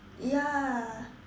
ya